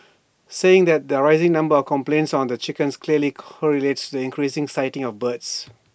saying that the rising number of complaints on the chickens clearly correlates the increased sighting of birds